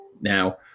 now